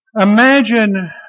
Imagine